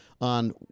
on